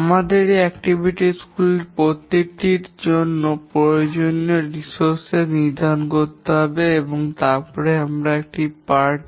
আমাদের এই কার্যক্রম গুলির প্রতিটির জন্য প্রয়োজনীয় সম্পদ টি নির্ধারণ করতে হবে এবং তারপরে আমাদের একটি PERT